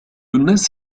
الناس